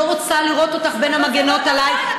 לא רוצה לראות אותך בין המגינות עליי,